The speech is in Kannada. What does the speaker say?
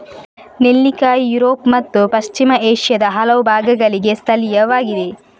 ನೆಲ್ಲಿಕಾಯಿ ಯುರೋಪ್ ಮತ್ತು ಪಶ್ಚಿಮ ಏಷ್ಯಾದ ಹಲವು ಭಾಗಗಳಿಗೆ ಸ್ಥಳೀಯವಾಗಿದೆ